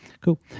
Cool